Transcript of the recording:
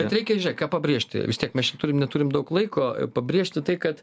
bet reikia žiūrėk ką pabrėžti vis tiek mes čia turime neturim daug laiko pabrėžti tai kad